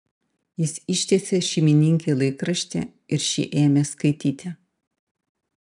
jis ištiesė šeimininkei laikraštį ir ši ėmė skaityti